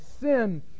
sin